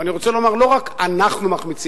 ואני רוצה לומר: לא רק אנחנו מחמיצים,